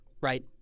right